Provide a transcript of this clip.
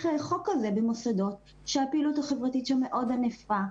חוק כזה במוסדות שהפעילות בהם מאוד ענפה,